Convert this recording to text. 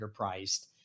underpriced